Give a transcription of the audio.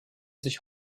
sich